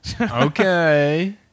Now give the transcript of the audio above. Okay